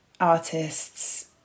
artists